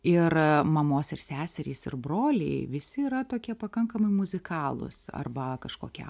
ir mamos ir seserys ir broliai visi yra tokie pakankamai muzikalūs arba kažkokie